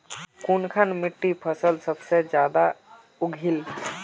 कुनखान मिट्टी सबसे ज्यादा फसल उगहिल?